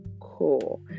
cool